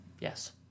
Yes